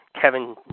Kevin